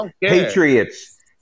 patriots